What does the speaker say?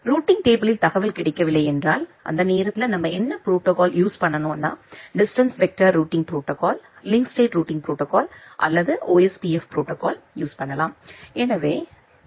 routing டேபிளில் தகவல் கிடைக்கவில்லை என்றால் அந்த நேரத்துல நம்ம என்ன புரோட்டோகால் யூஸ் பண்ணனும்னு என்றால் distance vector routing protocol link state routing protocol அல்லதுஒஸ்பிப் ப்ரோடோகால் யூஸ் பண்ணலாம்